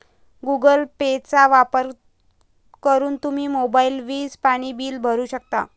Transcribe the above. Google पेचा वापर करून तुम्ही मोबाईल, वीज, पाणी बिल भरू शकता